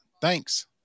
Thanks